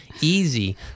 easy